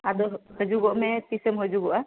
ᱟᱫᱚ ᱦᱤᱡᱩᱜᱚᱜ ᱢᱮ ᱛᱤᱥᱮᱢ ᱦᱤᱡᱩᱜᱚᱜᱼᱟ